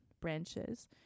branches